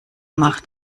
macht